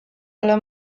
ale